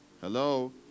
Hello